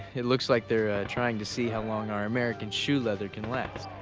it looks like they're trying to see how long our american shoe leather can last.